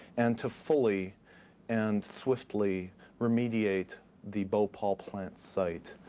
and to fully and swiftly remediate the bhopal plant site.